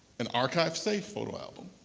an archive-safe photo album,